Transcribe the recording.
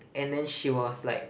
and then she was like